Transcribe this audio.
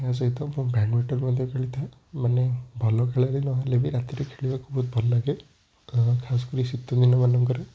ଏହା ସହିତ ମୁଁ ବ୍ୟାଡ଼ମିଣ୍ଟନ ମଧ୍ୟ ଖେଳିଥାଏ ମାନେ ଭଲ ଖେଳାଳି ନେହେଲେ ବି ରାତିରେ ଖେଳିବାକୁ ବହୁତ ଭଲ ଲାଗେ ଖାସ କରି ଶୀତଦିନ ମାନଙ୍କରେ